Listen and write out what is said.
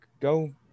go